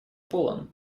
полон